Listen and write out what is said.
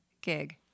gig